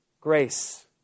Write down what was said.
grace